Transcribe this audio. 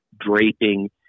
draping